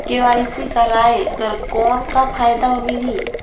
KYC कराय कर कौन का फायदा मिलही?